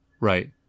Right